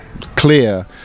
clear